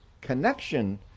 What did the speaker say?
connection